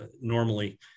normally